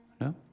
No